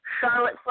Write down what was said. Charlotte